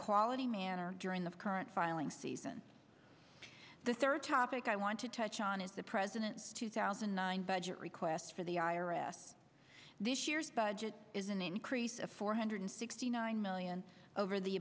quality manner during the current filing season the third topic i want to touch on is the president's two thousand and nine budget request for the i r s this year's budget is an increase of four hundred sixty nine million over the